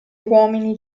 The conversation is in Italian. uomini